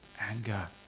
anger